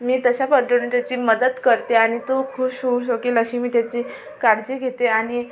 मी तशा पद्धतीने त्याची मदत करते आणि तो खूष होऊ शकेल अशी मी त्याची काळजी घेते आणि